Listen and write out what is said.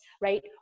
right